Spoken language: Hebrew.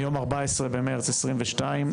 מיום ה-14 במרץ 2022,